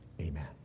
amen